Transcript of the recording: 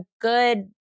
good